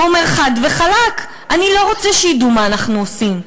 הוא אומר חד וחלק: אני לא רוצה שידעו מה אנחנו עושים.